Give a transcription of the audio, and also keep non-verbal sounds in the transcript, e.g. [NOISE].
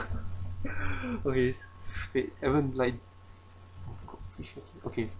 [LAUGHS] okay wait evan like okay